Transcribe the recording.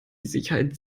sicherheit